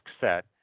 set